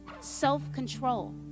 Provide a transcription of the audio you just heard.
self-control